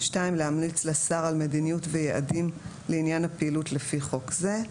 (2)להמליץ לשר על מדיניות ויעדים לעניין הפעילות לפי חוק זה,